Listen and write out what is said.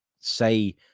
say